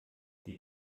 die